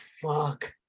fuck